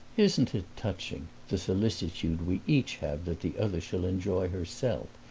isn't it touching, the solicitude we each have that the other shall enjoy herself?